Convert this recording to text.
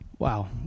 Wow